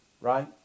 right